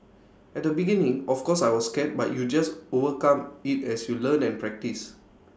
at the beginning of course I was scared but you just overcome IT as you learn and practice